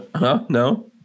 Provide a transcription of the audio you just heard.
No